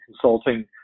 consulting